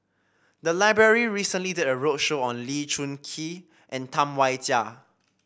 the library recently did a roadshow on Lee Choon Kee and Tam Wai Jia